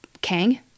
Kang